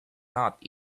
not